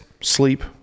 sleep